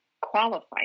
qualify